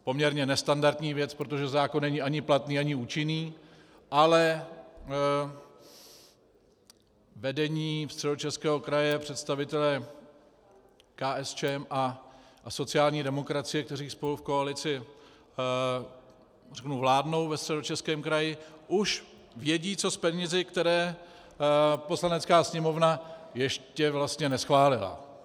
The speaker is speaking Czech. Poměrně nestandardní věc, protože zákon není ani platný, ani účinný, ale vedení Středočeského kraje, představitelé KSČM a sociální demokracie, kteří spolu v koalici vládnou ve Středočeském kraji, už vědí co s penězi, které Poslanecká sněmovna ještě vlastně neschválila.